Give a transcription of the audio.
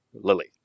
Lily